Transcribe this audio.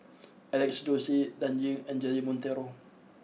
Alex Josey Dan Ying and Jeremy Monteiro